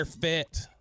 fit